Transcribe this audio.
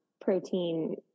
protein